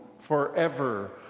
forever